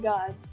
God